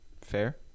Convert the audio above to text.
fair